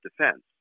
defense